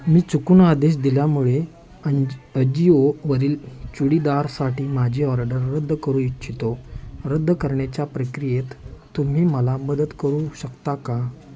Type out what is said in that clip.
मी चुकून आदेश दिल्यामुळे अंज अजिओवरील चुडीदारसाठी माझी ऑर्डर रद्द करू इच्छितो रद्द करण्याच्या प्रक्रियेत तुम्ही मला मदत करू शकता का